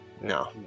No